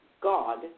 God